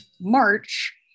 March